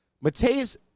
Mateus